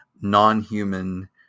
non-human